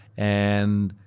and